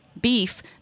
beef